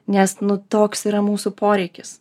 nes toks yra mūsų poreikis